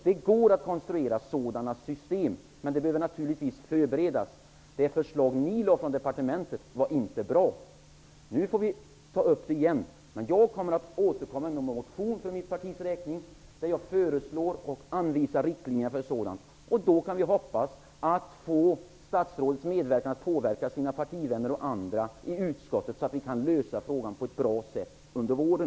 Det går att konstruera sådana system, men de behöver naturligtvis förberedas. Det förslag som departementet lade fram var inte bra. Nu får vi ta upp frågan igen. Jag kommer att motionera för mitt partis räkning och föreslå riktlinjer för ett sådant system. Vi hoppas få medverkan från statsrådet genom att han försöker påverka partivänner och andra i utskottet, så att frågan skall kunna lösas på ett bra sätt under våren.